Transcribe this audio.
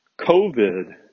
COVID